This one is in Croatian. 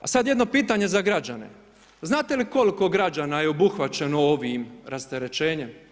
A sad jedno pitanje za građane, znate li kol'ko građana je obuhvaćeno ovim rasterećenjem?